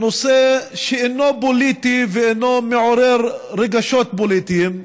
נושא שאינו פוליטי ואינו מעורר רגשות פוליטיים,